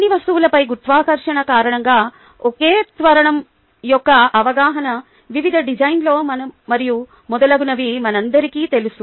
అన్ని వస్తువులపై గురుత్వాకర్షణ కారణంగా ఒకే త్వరణం యొక్క అవగాహన వివిధ డిజైన్లలో మరియు మొదలగునవి మనందరికీ తెలుసు